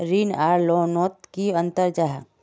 ऋण आर लोन नोत की अंतर जाहा?